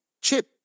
chip